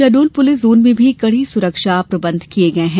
Shahdol police zone में भी कड़े सुरक्षा प्रबंध किये जा रहे हैं